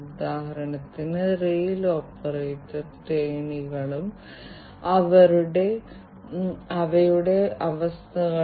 ഉദാഹരണത്തിന് ആരോഗ്യ സംരക്ഷണ വ്യവസായത്തിൽ ഡാറ്റ സമഗ്രത വളരെ അത്യാവശ്യമാണ്